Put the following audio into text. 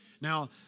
Now